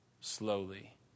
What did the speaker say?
slowly